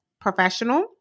professional